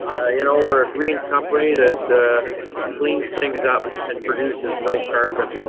you know, we're a green company that cleans things up and produces no carbon.